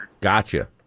Gotcha